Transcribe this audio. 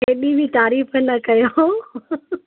एॾी बि तारीफ़ु न कयो